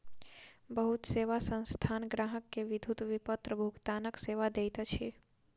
बहुत सेवा संस्थान ग्राहक के विद्युत विपत्र भुगतानक सेवा दैत अछि